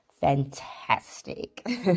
fantastic